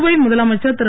புதுவை முதலமைச்சர் திரு